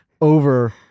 over